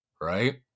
right